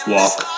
Walk